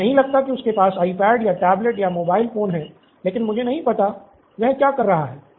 मुझे नहीं लगता है कि उसके पास आईपैड या टैबलेट या मोबाइल फोन है लेकिन मुझे नहीं पता कि वह क्या कर रहा है